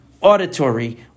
auditory